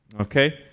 okay